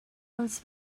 les